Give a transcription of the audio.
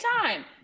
time